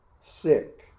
sick